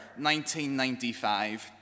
1995